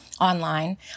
online